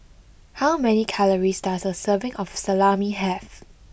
how many calories does a serving of Salami have